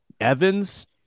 Evans